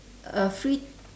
uh free